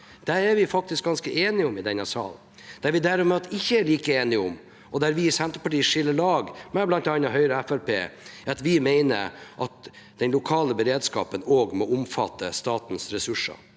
Det er vi faktisk ganske enige om i denne salen. Det vi derimot ikke er like enige om, og der vi i Senterpartiet skiller lag med bl.a. Høyre og Fremskrittspartiet, er at den lokale beredskapen også må omfatte statens ressurser.